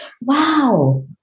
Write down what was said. Wow